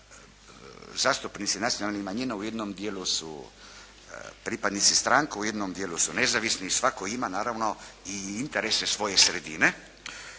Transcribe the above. zastupnici nacionalnih manjina u jednom dijelu su pripadnici stranke, u jednom dijelu su nezavisni, svatko ima naravno i interese svoje sredine.